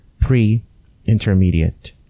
Pre-Intermediate